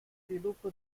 sviluppo